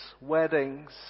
weddings